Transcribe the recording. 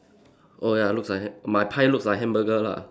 oh ya looks like that my pie looks like hamburger lah